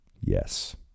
Yes